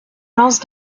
lance